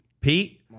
Pete